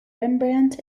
rembrandt